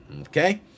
okay